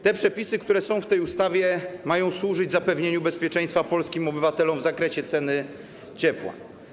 Te przepisy, które są w tej ustawie, mają służyć zapewnieniu bezpieczeństwa polskim obywatelom w zakresie ceny ciepła.